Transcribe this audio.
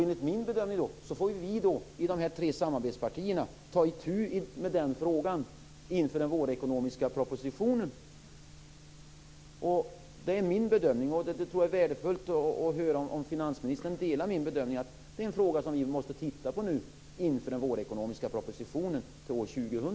Enligt min bedömning får då vi i de här tre samarbetspartierna ta itu med den frågan inför den vårekonomiska propositionen. Det är min bedömning, och jag tror att det vore värdefullt att höra om finansministern delar den bedömningen; att detta är en fråga som vi måste titta på inför den vårekonomiska propositionen till år 2000.